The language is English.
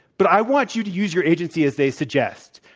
but i want you to use your agency as they suggest.